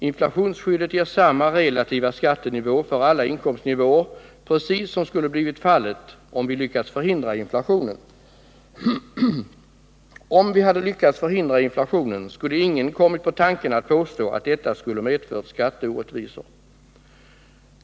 Inflationsskyddet ger samma relativa skattenivå för alla inkomstnivåer precis som skulle ha blivit fallet, om vi hade lyckats förhindra inflationen. Om vi hade lyckats förhindra inflationen, skulle ingen ha kommit på tanken att påstå att detta skulle ha medfört skatteorättvisor.